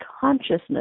Consciousness